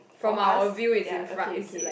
from our view is in front is like